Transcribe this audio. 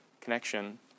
connection